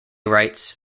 rights